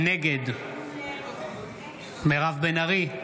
נגד מירב בן ארי,